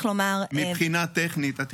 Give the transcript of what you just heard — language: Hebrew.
יש הרבה כאב, הרבה צער, יש הרבה